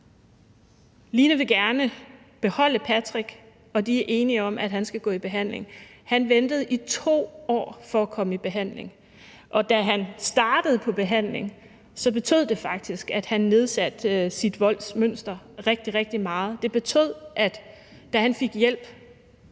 Line vil gerne beholde Patrick, og de er enige om, at han skal gå i behandling. Han ventede i 2 år for at komme i behandling. Og da han startede i behandling, betød det faktisk, at han nedsatte sit voldsmønster rigtig, rigtig meget. Det betød, at da han fik hjælp,